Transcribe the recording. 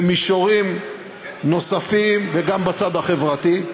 במישורים נוספים, וגם בצד החברתי.